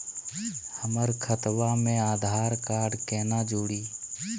हमर खतवा मे आधार कार्ड केना जुड़ी?